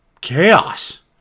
Chaos